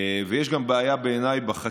ובעיניי יש גם בעיה בחקיקה,